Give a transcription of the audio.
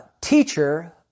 teacher